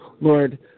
Lord